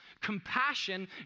compassion